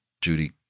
Judy